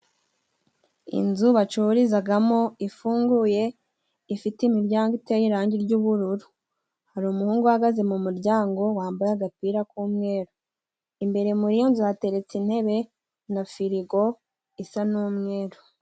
Inzu bacururizagamo ifunguye ifite imiryango iteye irangi ry'ubururu, hari umuhungu uhagaze mu muryango wambaye agapira k'umweru, imbere muri iyo nzu hateretse intebe na firigo isa n'umweru.